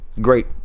Great